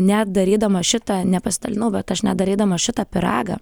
net darydama šitą nepasidalinau bet aš net darydama šitą pyragą